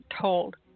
told